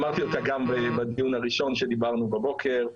אמרתי אותה גם בדיון הראשון שהתקיים הבוקר.